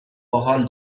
باحال